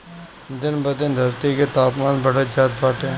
दिन ब दिन धरती के तापमान बढ़त जात बाटे